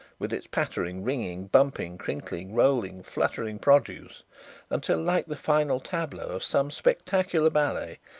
with its pattering, ringing, bumping, crinkling, rolling, fluttering produce until, like the final tableau of some spectacular ballet,